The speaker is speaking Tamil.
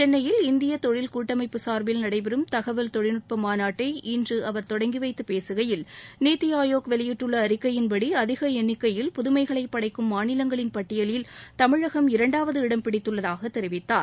சென்னையில் இந்திய தொழில் கூட்டமைப்பு சார்பில் நடைபெறும் தகவல் தொழில்நுட்ப மாநாட்டை இன்று அவர் தொடங்கி வைத்து பேசுகையில் நீத்தி ஆயோக் வெளியிட்டுள்ள அறிக்கையின்படி அதிக எண்ணிக்கையில் புதுமைகளை படைக்கும் மாநிலங்களின் பட்டியலில் தமிழகம் இரண்டாவது இடம் பிடித்துள்ளதாக தெரிவித்தார்